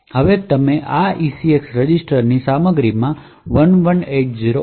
હવે તમે આ ECX રજીસ્ટરની સામગ્રીમાં 1180 ઉમેરો